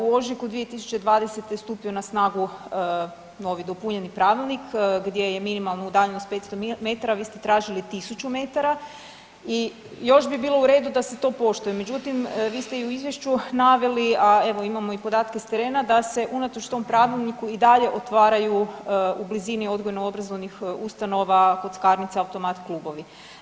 U ožujku 2020. je stupio na snagu novi, dopunjeni pravilnik gdje je minimalna udaljenost 500 metara, vi ste tražili 1000 metara i još bi bilo u redu da se to poštuje, međutim, vi ste i u izvješću naveli, a evo, imamo i podatke s terena da se, unatoč tom pravilniku i dalje otvaraju u blizini odgojno-obrazovnih ustanova kockarnice i automat klubovi.